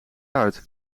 uit